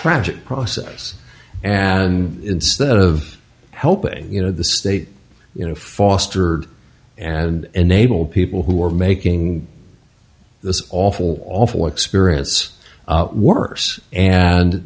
tragic process and instead of helping you know the state you know fostered and enable people who are making this awful awful experience worse and